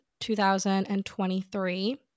2023